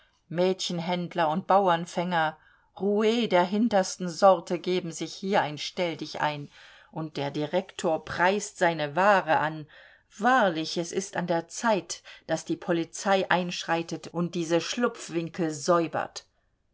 mädchenhändler und bauernfänger rous der hintersten sorte geben sich hier ein stelldichein und der direktor preist seine ware an wahrlich es ist an der zeit daß die polizei einschreitet und diese schlupfwinkel säubert